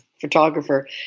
photographer